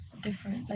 different